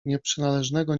nieprzynależnego